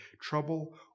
trouble